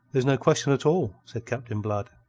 there's no question at all, said captain blood.